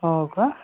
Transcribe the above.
हो का